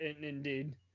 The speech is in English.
indeed